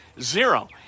Zero